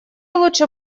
лучше